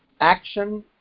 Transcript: action